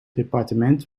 departement